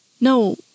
No